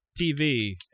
TV